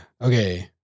okay